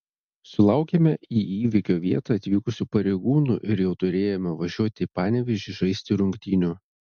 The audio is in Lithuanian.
sulaukėme į įvykio vietą atvykusių pareigūnų ir jau turėjome važiuoti į panevėžį žaisti rungtynių